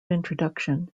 introduction